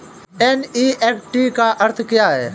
NEFT का अर्थ क्या है?